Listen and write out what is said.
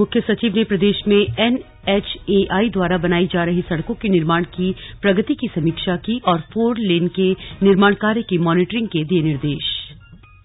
मुख्य सचिव ने प्रदेश में एन एच ए आई द्वारा बनाई जा रही सड़कों के निर्माण की प्रगति की समीक्षा की और फोर लेन के निर्माण कार्य की मॉनिटरिंग के निर्देश दिये